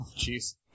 Jeez